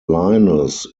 linus